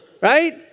right